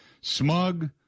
Smug